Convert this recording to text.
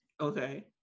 Okay